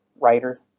writer